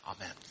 Amen